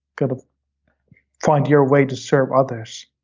kind of find your way to serve others